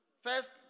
First